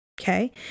Okay